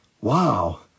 Wow